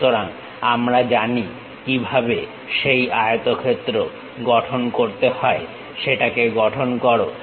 সুতরাং আমরা জানি কিভাবে সেই আয়তক্ষেত্র গঠন করতে হয় সেটাকে গঠন করো